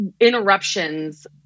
interruptions